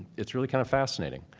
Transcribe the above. it's really kind of fascinating.